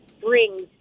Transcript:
brings